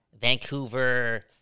vancouver